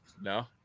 no